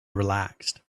relaxed